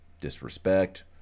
disrespect